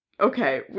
okay